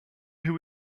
who